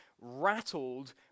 rattled